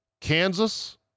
Kansas